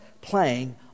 playing